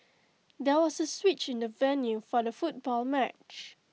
there was A switch in the venue for the football match